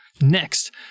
Next